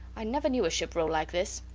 i never knew a ship roll like this.